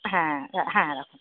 হ্যাঁ হ্যাঁ রাখুন